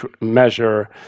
measure